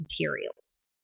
materials